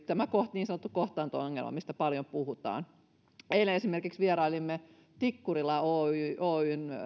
tämä niin sanottu kohtaanto ongelma mistä paljon puhutaan esimerkiksi eilen vierailimme tikkurila oyn oyn